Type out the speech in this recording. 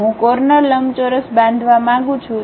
હું કોર્નર લંબચોરસ બાંધવા માંગુ છું